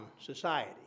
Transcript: society